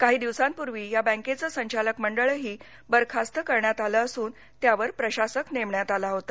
काही दिवसांपूर्वी या बॅकेचं संचालक मंडळही बरखास्त करण्यात आलं असून त्यावर प्रशासक नेमण्यात आला होता